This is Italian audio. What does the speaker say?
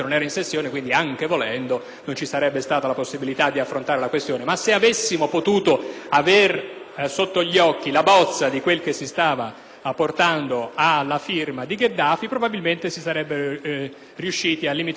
avere sotto gli occhi la bozza di ciò che si stava per portare alla firma di Gheddafi, probabilmente si sarebbe riusciti a limitare ulteriormente i danni. Voglio anche far notare che l'ultimo articolo del trattato istituisce il